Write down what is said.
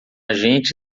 gente